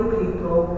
people